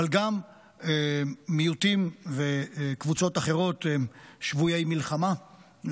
אבל גם מיעוטים וקבוצות אחרות: שבויי מלחמה,